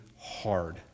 hard